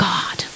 God